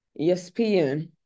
ESPN